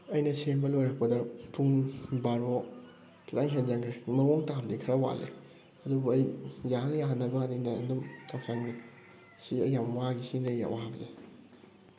ꯑꯩꯅ ꯁꯦꯝꯕ ꯂꯣꯏꯔꯛꯄꯗ ꯄꯨꯡ ꯕꯥꯔꯣ ꯈꯤꯇꯪꯍꯦꯟꯖꯟꯈ꯭ꯔꯦ ꯃꯑꯣꯡ ꯇꯥꯕꯗꯤ ꯈꯔꯥ ꯋꯥꯠꯂꯦ ꯑꯗꯨꯕꯨ ꯑꯩ ꯌꯥꯅ ꯌꯥꯅꯕ ꯑꯅ ꯑꯩꯅ ꯑꯗꯨꯝ ꯇꯧꯁꯟꯈ꯭ꯔꯦ ꯁꯤ ꯑꯩ ꯌꯥꯝ ꯋꯥꯒꯤ ꯁꯤꯅꯤ ꯑꯩꯒꯤ ꯑꯋꯥꯕꯁꯤ